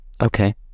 Okay